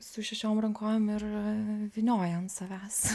su šešiom rankovėm ir vynioja ant savęs